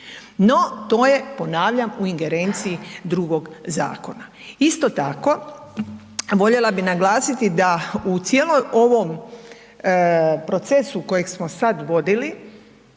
No, to je, ponavljam, u ingerenciji drugog zakona. Isto tako voljela bi naglasiti da u cijeloj ovom procesu kojeg smo sad vodili